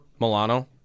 Milano